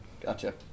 Gotcha